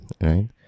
right